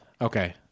okay